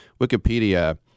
Wikipedia